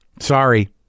sorry